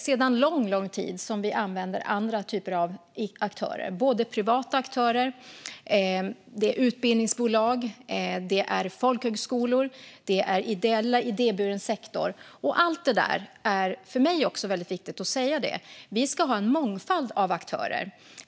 Sedan lång, lång tid använder vi oss av privata aktörer, utbildningsbolag, folkhögskolor, ideella organisationer och idéburen sektor. Det är väldigt viktigt att säga det. Vi ska ha en mångfald av aktörer.